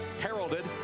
heralded